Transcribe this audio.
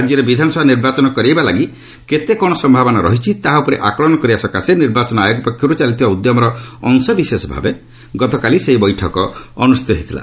ରାଜ୍ୟରେ ବିଧାନସଭା ନିର୍ବାଚନ କରାଇବା ଲାଗି କେତେ କ'ଣ ସମ୍ଭାବନା ରହିଛି ତାହା ଉପରେ ଆକଳନ କରିବା ଲାଗି ନିର୍ବାଚନ ଆୟୋଗ ପକ୍ଷର୍ତ ଚାଲିଥିବା ଉଦ୍ୟମର ଅଂଶବିଶେଷ ଭାବେ ଗତକାଲି ଏହି ବୈଠକ ଅନ୍ତ୍ରଷ୍ଠିତ ହୋଇଥିଲା